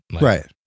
Right